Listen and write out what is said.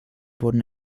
wurden